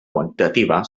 quantitativa